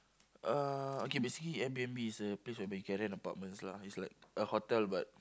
uh okay basically Air-B_N_B is a place whereby you can rent apartments lah it's like a hotel but